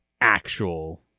actual